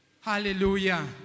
Hallelujah